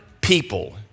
people